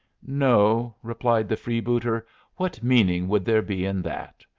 no, replied the freebooter what meaning would there be in that?